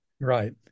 Right